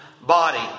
body